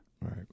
right